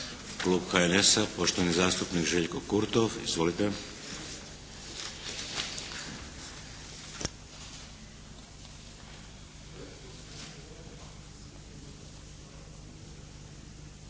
Klub HNS-a, poštovani zastupnik Željko Kurtov. Izvolite.